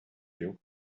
you